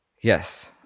Yes